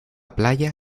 playa